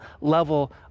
level